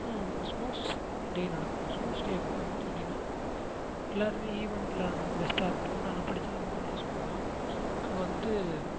sports day நடக்கும் sports day அப்போ வந்துட்டு அப்படின்னா எல்லாேருமே ஈவென்டில் நாங்கள் பெஸ்ட்டாக இருப்போம் நாங்கள் படித்தது வந்து எல்டர் ஸ்கூல் தான் அங்கே வந்துட்டு